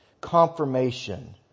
Confirmation